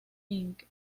inc